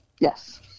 Yes